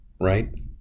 right